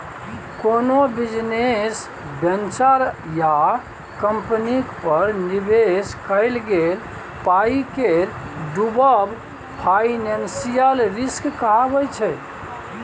कोनो business venture या कंपनीक पर निबेश कएल गेल पाइ केर डुबब फाइनेंशियल रिस्क कहाबै छै